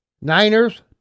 Niners